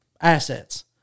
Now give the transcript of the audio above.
assets